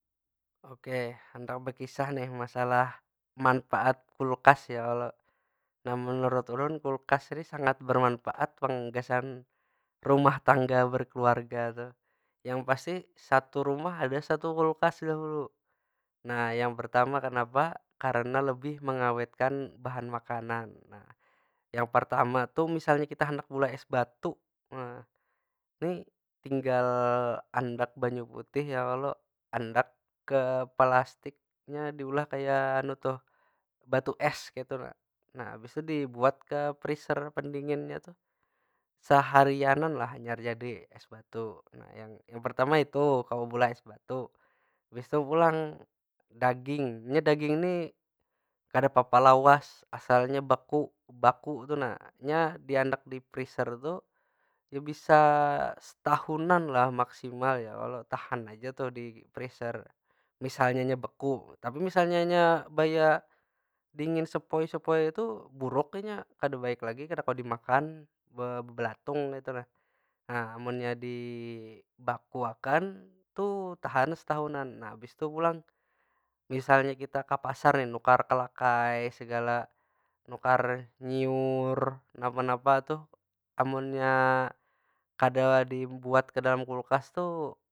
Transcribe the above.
Okeh, handak bekisah ni masalah manpaat kulukas ya kalo? Nah menurut ulun kulkas ni sangat bermanpaat pang gasan rumah tangga berkeluarga tuh. Yang pasti satu rumah ada satu kulkas dahulu. Nah yang pertama kenapa? Karena lebih mengawetkan bahan makanan, nah. Yang pertama tuh misalnya kita handak beulah es batu. Nih tinggal andak banyu putih ya kalo? Andak ke pelastiknya diulah kaya batu es, kaytu nah. Nah, habis tu dibuat ke frezzer pendinginnya tuh. Saharianan lah hanyar jadi es batu. Nah, yang- yang pertama itu, kawa beulah es batu. Habis tu pulang, daging. Nya daging nih kadapapa lawas asalnya beku, baku tu nah. Nya diandak di frezzer tuh, nya bisa setahunan lah maksimal ya kalo? Tahan aja tu di frezzer, misalnya nya beku. Tapi misalnya nya baya dingin sepoi- sepoi tuh, buruk inya. Kada baik lagi, kawa kawa dimakan, bebelatung kaytu nah. Nah amunnya dibaku akan, tuh tahan setahunan. Nah, habis tu pulang, misalnya kita ka pasar nih, nukar segala nukar nyiur, napa- napa tuh. Amunnya kada dibuat ka dalam kulkas tu.